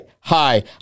Hi